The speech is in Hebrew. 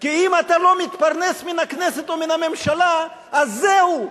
כי אם אתה לא מתפרנס מהכנסת או מהממשלה אז זהו,